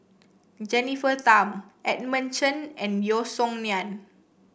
Jennifer Tham Edmund Chen and Yeo Song Nian